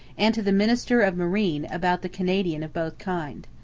and to the minister of marine about the canadians of both kinds.